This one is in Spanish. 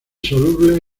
soluble